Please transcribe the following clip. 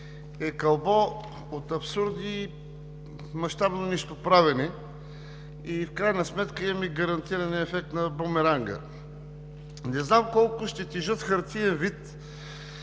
е кълбо от абсурди – мащабно нищоправене, и в крайна сметка имаме гарантирания ефект на бумеранга. Не знам колко ще тежат в хартиен вид